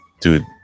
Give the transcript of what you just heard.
Dude